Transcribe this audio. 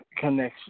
connection